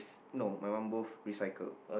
no my one both recycle